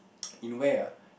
in where ah